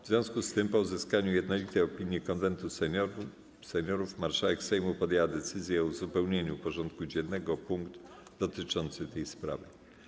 W związku z tym, po uzyskaniu jednolitej opinii Konwentu Seniorów, marszałek Sejmu podjęła decyzję o uzupełnieniu porządku dziennego o punkt dotyczący tej sprawy.